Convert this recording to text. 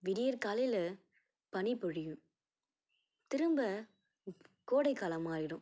விடியற்காலையில பனி பொழியும் திரும்ப கோடைக்காலமாக ஆயிடும்